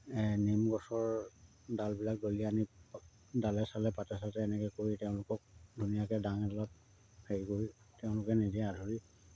নিম গছৰ ডালবিলাক দলি আনি ডালে চালে পাতে চাতে এনেকৈ কৰি তেওঁলোকক ধুনীয়াকৈ দাং এডাল হেৰি কৰি তেওঁলোকে নিজে আঁত ধৰি